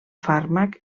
fàrmac